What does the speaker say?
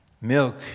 milk